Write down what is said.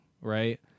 Right